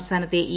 സംസ്ഥാനത്തെ ഇ